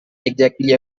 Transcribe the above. exactly